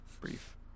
brief